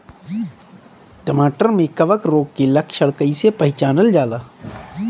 टमाटर मे कवक रोग के लक्षण कइसे पहचानल जाला?